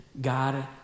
God